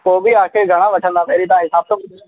पोइ बि आख़िरि घणा वठंदा पहिरीं तव्हां हिसाबु त ॿुधायो